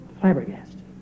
flabbergasted